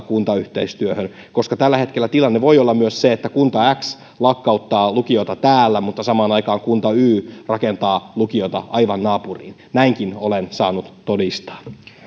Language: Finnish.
kuntayhteistyöhön koska tällä hetkellä tilanne voi olla myös se että kunta x lakkauttaa lukiota täällä mutta samaan aikaan kunta y rakentaa lukiota aivan naapuriin näinkin olen saanut todistaa